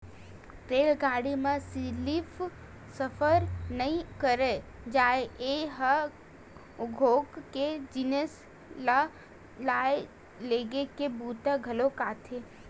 रेलगाड़ी म सिरिफ सफर नइ करे जाए ए ह उद्योग के जिनिस ल लाए लेगे के बूता घलोक आथे